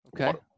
okay